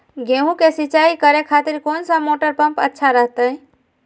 गेहूं के सिंचाई करे खातिर कौन सा मोटर पंप अच्छा रहतय?